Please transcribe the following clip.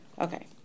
okay